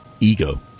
Ego